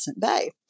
bay